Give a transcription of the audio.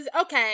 okay